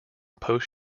post